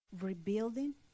rebuilding